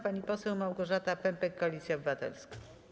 Pani poseł Małgorzata Pępek, Koalicja Obywatelska.